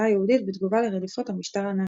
היהודית בתגובה לרדיפות המשטר הנאצי.